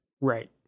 Right